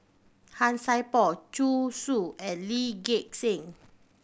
Han Sai Por Zhu Xu and Lee Gek Seng